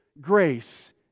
grace